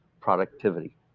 productivity